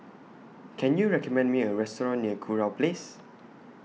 Can YOU recommend Me A Restaurant near Kurau Place